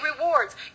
rewards